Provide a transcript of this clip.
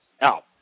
Out